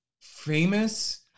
famous